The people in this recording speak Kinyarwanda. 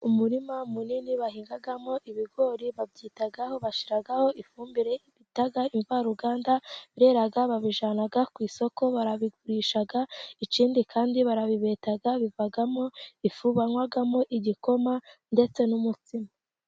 Umurima munini bahingamo ibigori, babyitaho bashyiraho ifumbire bita imvaruganda, birera babijyana ku isoko barabigurisha, ikindi kandi barabibeta bivamo ifu banywamo igikoma, ndetse n'umutsima.